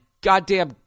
goddamn